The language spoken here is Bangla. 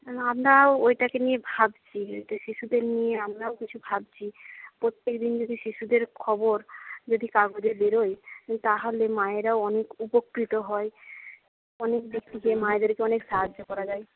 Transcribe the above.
আমরাও ওইটাকে নিয়ে ভাবছি শিশুদের নিয়ে আমরাও কিছু ভাবছি প্রত্যেকদিন যদি শিশুদের খবর যদি কাগজে বেরোয় তাহলে মায়েরাও অনেক উপকৃত হয় অনেক বেশি মায়েদেরকেও অনেক সাহায্য করা যায়